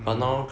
mm